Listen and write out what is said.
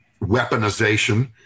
weaponization